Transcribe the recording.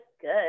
good